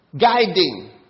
Guiding